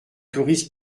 touriste